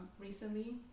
recently